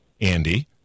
Andy